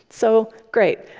so great.